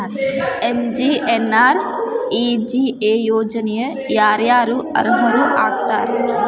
MGNREGA ಯೋಜನೆಗೆ ಯಾರ ಯಾರು ಅರ್ಹರು ಆಗ್ತಾರ?